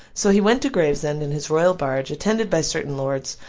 so, he went to gravesend, in his royal barge, attended by certain lords,